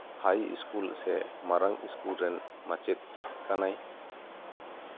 ᱦᱟᱭ school ᱥᱮ ᱢᱟᱨᱟᱝ school ᱨᱮᱱ ᱢᱟᱪᱮᱫ ᱠᱟᱱᱟᱭ